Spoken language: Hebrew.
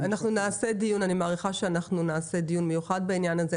אני מעריכה שאנחנו נעשה דיון מיוחד בעניין הזה.